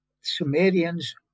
Sumerians